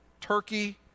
Turkey